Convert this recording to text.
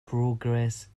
progress